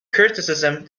criticism